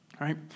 right